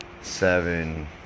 seven